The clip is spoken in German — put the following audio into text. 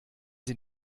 sie